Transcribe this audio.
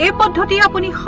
ah body ah